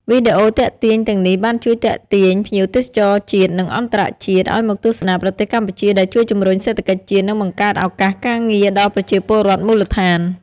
វីដេអូទាក់ទាញទាំងនេះបានជួយទាក់ទាញភ្ញៀវទេសចរជាតិ និងអន្តរជាតិឱ្យមកទស្សនាប្រទេសកម្ពុជា ដែលជួយជំរុញសេដ្ឋកិច្ចជាតិ និងបង្កើតឱកាសការងារដល់ប្រជាពលរដ្ឋមូលដ្ឋាន។